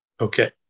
okay